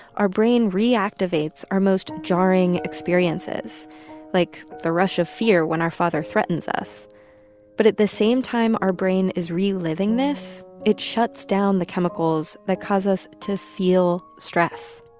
our brain reactivates our most jarring experiences like the rush of fear when our father threatens us but at the same time our brain is reliving this, it shuts down the chemicals that cause us to feel stress.